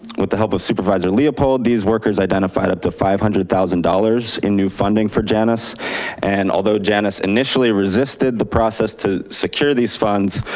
with the help of supervisor leopold, these workers identified up to five hundred thousand dollars in new funding for janus and although janus initially resisted the process to secure these funds,